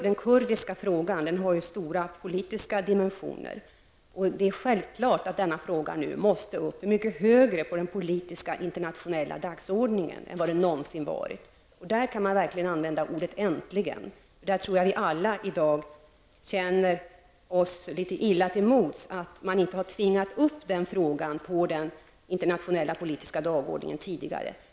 Den kurdiska frågan har stora politiska dimensioner, och det är självklart att denna fråga nu måste upp mycket högre på den internationella politiska dagordningen än vad den någonsin varit. Där kan man verkligen använda ordet ''äntligen'', för jag tror att vi alla i dag känner oss litet illa till mods över att man inte har tvingat upp den frågan på den internationella politiska dagordningen tidigare.